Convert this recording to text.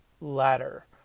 ladder